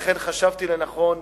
לכן חשבתי לנכון,